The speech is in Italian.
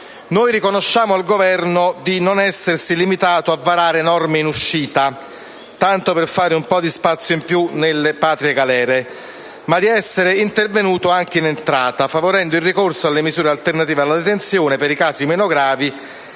Riconosciamo al Governo di non essersi limitato a varare norme in uscita, tanto per fare un po' di spazio in più nelle patrie galere, ma di essere intervenuto anche in entrata, favorendo il ricorso alle misure alternative alla detenzione per i casi meno gravi